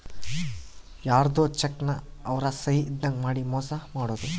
ಯಾರ್ಧೊ ಚೆಕ್ ನ ಅವ್ರ ಸಹಿ ಇದ್ದಂಗ್ ಮಾಡಿ ಮೋಸ ಮಾಡೋದು